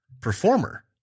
performer